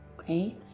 Okay